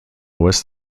was